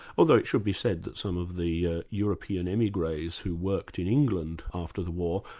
although it should be said that some of the ah european emigres who worked in england after the war,